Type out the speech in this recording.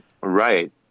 Right